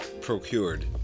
procured